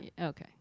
Okay